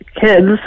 kids